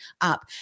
up